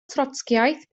trotscïaeth